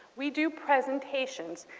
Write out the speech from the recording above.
we do presentations.